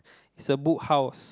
is a Book House